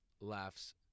laughs